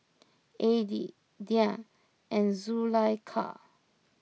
Adi Dian and Zulaikha